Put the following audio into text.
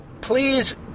please